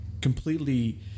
completely